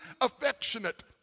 affectionate